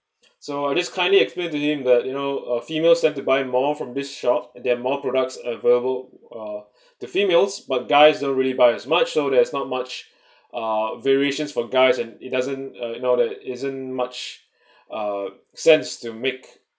so I just kindly explained to him that you know uh female tend to buy more from this shop there're more products available uh to females but guys don't really buy as much so there's not much uh variations for guys and it doesn't uh and all that isn't much uh sense to make